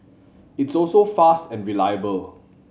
it's also fast and reliable